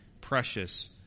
precious